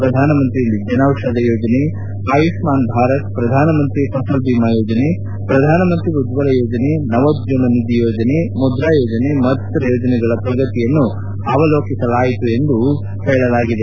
ಪ್ರಧಾನಮಂತ್ರಿ ಜನೌಷಧಿ ಯೋಜನೆ ಆಯುಷ್ಣಾನ್ ಭಾರತ್ ಪ್ರಧಾನಮಂತ್ರಿ ಫಸಲ್ ಬಿಮಾ ಯೋಜನೆ ಪ್ರಧಾನಮಂತ್ರಿ ಉಜ್ವಲ ಯೋಜನೆ ನವೋದ್ದಮ ನಿಧಿ ಯೋಜನೆ ಮುಧ್ರಾ ಯೋಜನೆ ಮತ್ತಿತರ ಯೋಜನೆಗಳ ಪ್ರಗತಿಯನ್ನು ಅವರೋಕಿಸಲಾಯಿತು ಎಂದು ನಂಬಲಾಗಿದೆ